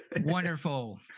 Wonderful